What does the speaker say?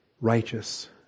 righteous